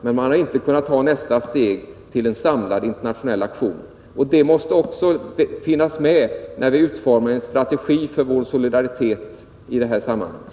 Man har inte kunnat ta nästa steg mot en samlad internationell aktion. Det måste också finnas med när vi i det här sammanhanget utformar en strategi för vår solidaritet.